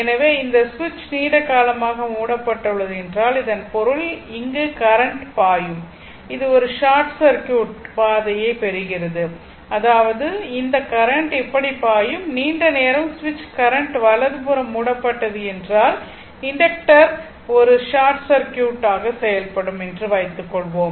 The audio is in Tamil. எனவே இந்த சுவிட்ச் நீண்ட காலமாக மூடப்பட்டு உள்ளது என்றால் அதன் பொருள் இங்கு கரண்ட் பாயும் இது ஒரு ஷார்ட் சர்க்யூட் பாதையைப் பெறுகிறது அதாவது இந்த கரண்ட் இப்படி பாயும் நீண்ட நேரம் சுவிட்ச் கரண்ட் வலதுபுறம் மூடப்பட்டது என்றால் இண்டக்டர் ஒரு ஷார்ட் சர்க்யூட் ஆக செயல்படும் என்று வைத்துக் கொள்வோம்